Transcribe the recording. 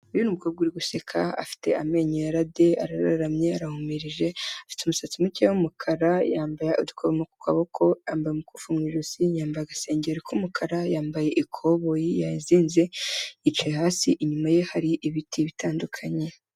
Uyu ni umukobwa uri guseka afite amenyo yara de arararamye, arahumirije afite umusatsi muke w'umukara, yambaye udukomo ku kaboko, umukufi mu ijosi, yambaye agasengeri k'umukara, yambaye ikoboyi yayizinze, yicaye hasi, inyuma ye hari ibiti bitandukanye.